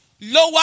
lower